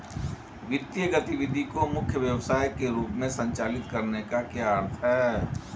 वित्तीय गतिविधि को मुख्य व्यवसाय के रूप में संचालित करने का क्या अर्थ है?